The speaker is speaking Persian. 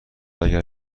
اگر